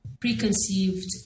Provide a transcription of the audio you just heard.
preconceived